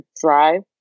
drive